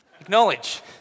Acknowledge